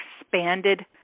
expanded